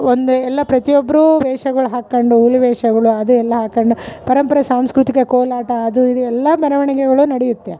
ಒಂದು ಎಲ್ಲ ಪ್ರತಿಯೊಬ್ಬರು ವೇಷಗಳ್ ಹಾಕೊಂಡು ಹುಲಿವೇಷಗುಳು ಅದು ಎಲ್ಲ ಹಾಕೊಂಡ್ ಪರಂಪರೆ ಸಾಂಸ್ಕೃತಿಕ ಕೋಲಾಟ ಅದು ಇದು ಎಲ್ಲ ಮೆರವಣಿಗೆಗಳು ನಡೆಯುತ್ತೆ